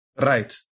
right